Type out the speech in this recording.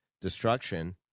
destruction